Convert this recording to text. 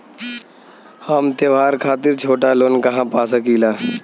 हम त्योहार खातिर छोटा लोन कहा पा सकिला?